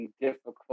difficult